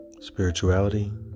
spirituality